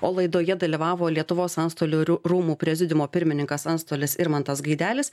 o laidoje dalyvavo lietuvos antstolių riū rūmų prezidiumo pirmininkas antstolis irmantas gaidelis